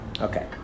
Okay